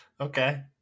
okay